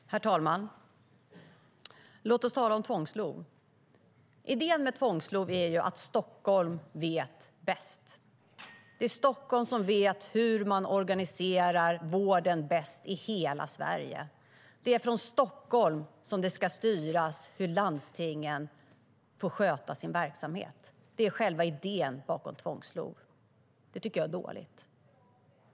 Herr talman! Låt oss tala om tvångs-LOV.Idén med tvångs-LOV är att Stockholm vet bäst. Det är Stockholm som vet hur man organiserar vården bäst i hela Sverige. Det är från Stockholm som det ska styras hur landstingen får sköta sin verksamhet. Det är själva idén bakom tvångs-LOV. Det tycker jag är dåligt.